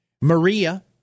Maria